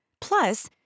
Plus